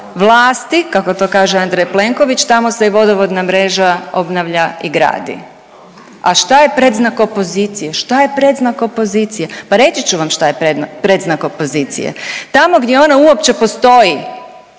vlasti kako to kaže Andrej Plenković tamo se i vodovodna mreža obnavlja i gradi. A šta je predznak opozicije? Šta je predznak opozicije? Pa reći ću vam šta je predznak opozicije. Tamo gdje ona uopće postoji